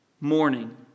morning